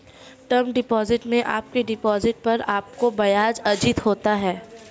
term deposit में आपके deposit पर आपको ब्याज़ अर्जित होता है